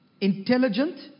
intelligent